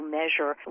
measure